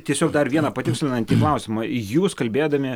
tiesiog dar vieną patikslinantį klausimą jūs kalbėdami